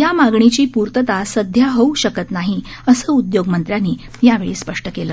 या मागणीची पूर्तता सध्या होऊ शकत नाही असं उद्योगमंत्र्यांनी स्पष्ट केलं